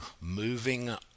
moving